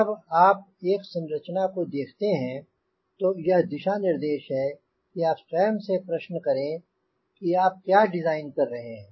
जब आप एक संरचना को देखते हैं तो यह दिशा निर्देश है कि आप स्वयं से प्रश्न करें कि आप क्या डिजाइन कर रहे हैं